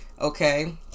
okay